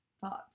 thoughts